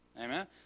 Amen